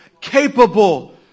capable